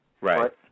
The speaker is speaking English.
Right